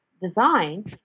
design